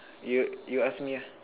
you you ask me ah